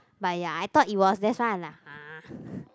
but ya I thought it was that's why I like !huh!